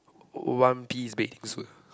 one piece bathing suit